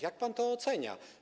Jak pan to ocenia?